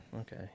okay